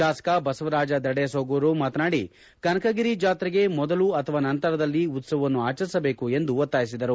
ಶಾಸಕ ಬಸವರಾಜ ದಢೇಸೂಗೂರು ಮಾತನಾಡಿ ಕನಕಗಿರಿ ಚಾತ್ರೆಗೆ ಮೊದಲು ಅಥವಾ ನಂತರದಲ್ಲಿ ಉತ್ತವವನ್ನು ಆಚರಿಸಬೇಕು ಎಂದು ಒತ್ತಾಯಿಸಿದರು